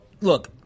Look